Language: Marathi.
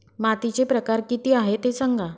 मातीचे प्रकार किती आहे ते सांगा